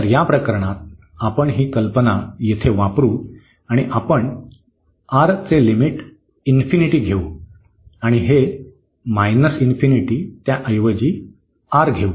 तर या प्रकरणात आपण ही कल्पना येथे वापरु आणि आपण R चे लिमिट घेऊ आणि हे त्याऐवजी R घेऊ